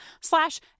slash